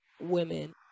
women